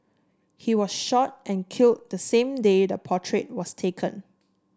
he was shot and killed the same day the portrait was taken